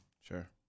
Sure